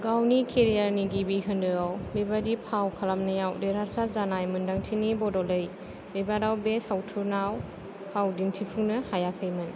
गावनि केरियारनि गिबि खोन्दोआव बेबादि फाव खालामनायाव देरहासार जानाय मोन्दांथिनि बद'लै बेबाराव बे सावथुनाव फाव दिन्थिफुंनो हायाखैमोन